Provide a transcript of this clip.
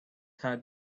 had